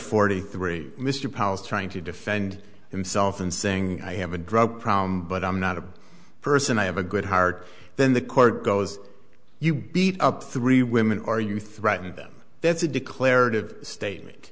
forty three mr powers trying to defend himself and saying i have a drug problem but i'm not a person i have a good heart then the court goes you beat up three women or you threaten them that's a declarative statement